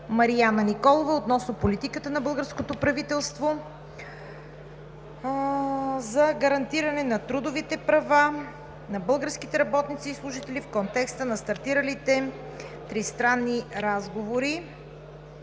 Марияна Николова относно политиката на българското правителство за гарантиране на трудовите права на българските работници и служители в контекста на стартиралите тристранни разговори,